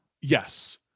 Yes